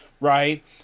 Right